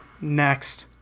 Next